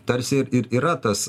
tarsi ir ir yra tas